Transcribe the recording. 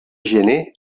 gener